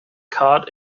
caught